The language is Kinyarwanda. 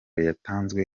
yatanzwe